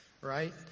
right